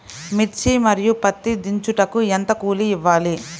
మిర్చి మరియు పత్తి దించుటకు ఎంత కూలి ఇవ్వాలి?